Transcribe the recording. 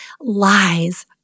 lies